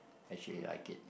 actually like it